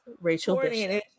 rachel